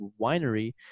winery